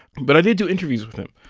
but i did do interviews with him.